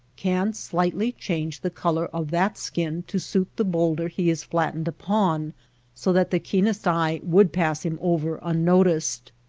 can slightly change the color of that skin to suit the bowlder he is flattened upon so that the keenest eye would pass him over unnoticed.